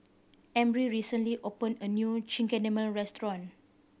Emry recently opened a new Chigenabe Restaurant